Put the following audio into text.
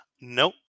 Nope